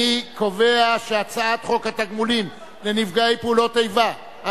אני קובע שהצעת חוק התגמולים לנפגעי פעולות איבה (תיקון מס'